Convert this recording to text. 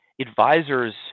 Advisors